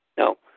No